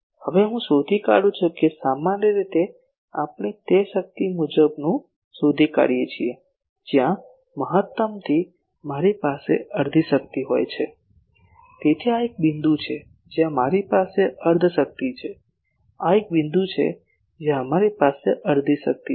હવે હું શોધી કાઢું છું સામાન્ય રીતે આપણે તે શક્તિ મુજબનું શોધી કાઢીએ છીએ જ્યાં મહત્તમથી મારી પાસે અડધી શક્તિ હોય છે તેથી આ તે એક બિંદુ છે જ્યાં મારી પાસે અર્ધ શક્તિ છે આ એક બિંદુ છે જ્યાં અમારી પાસે અડધી શક્તિ છે